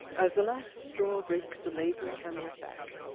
as the last straw breaks the laden camel's back,